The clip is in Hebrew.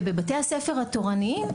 ובבתי הספר התורניים,